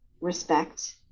respect